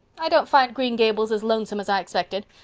i don't find green gables as lonesome as i expected.